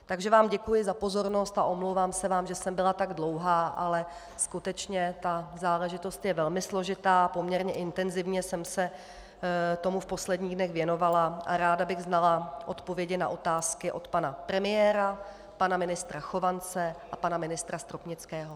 Takže vám děkuji za pozornost a omlouvám se vám, že jsem byl tak dlouhá, ale skutečně ta záležitost je velmi složitá a poměrně intenzivně jsem se tomu v posledních dnech věnovala a ráda bych znala odpovědi na otázky od pana premiéra, pana ministra Chovance a pana ministra Stropnického.